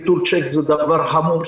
ביטול צ'ק זה דבר חמור,